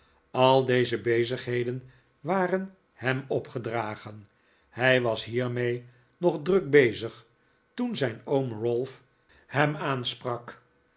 al deze bezigheden waren hem opgedragen hij was hiermee nog druk bezig toen zijn oom ralph hem aansprak